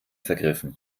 vergriffen